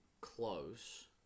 close